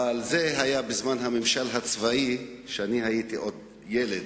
אבל זה היה בזמן הממשל הצבאי, כשהייתי ילד,